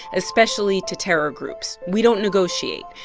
especially to terror groups. we don't negotiate.